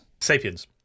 Sapiens